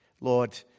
Lord